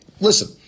Listen